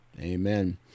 amen